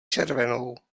červenou